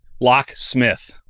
Locksmith